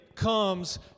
comes